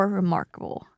remarkable